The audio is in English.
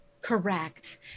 Correct